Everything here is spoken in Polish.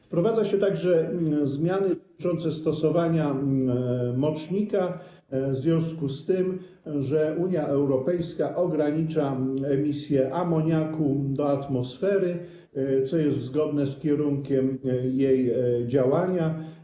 Wprowadza się także zmiany dotyczące stosowania mocznika w związku z tym, że Unia Europejska ogranicza emisję amoniaku do atmosfery, co jest zgodne z kierunkiem jej działania.